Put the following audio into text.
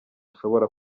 ashobora